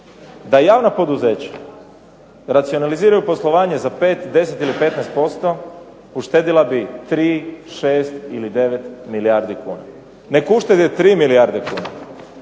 Da javna poduzeća racionaliziraju poslovanje za 5, 10 ili 15% uštedjela bi 3, 6 ili 9 milijardi kuna. Neka uštede 3 milijarde kuna.